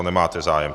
Nemáte zájem.